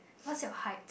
what's your height